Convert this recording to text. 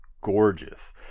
gorgeous